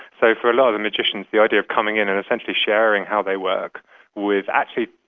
so for a lot of the magicians, the idea of coming in and essentially sharing how they work with actually,